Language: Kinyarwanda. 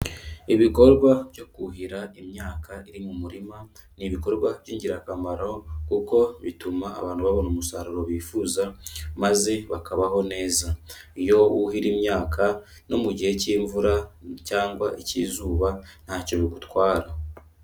Ibikorwa byo kuhira imyaka iri mu murima ni ibikorwa by'ingirakamaro kuko bituma abantu babona umusaruro bifuza maze bakabaho neza. Iyo wuhira imyaka no mu gihe cy'imvura cyangwa icy'izuba ntacyo bigutwara.